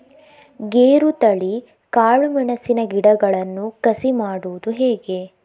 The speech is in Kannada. ಗೇರುತಳಿ, ಕಾಳು ಮೆಣಸಿನ ಗಿಡಗಳನ್ನು ಕಸಿ ಮಾಡುವುದು ಹೇಗೆ?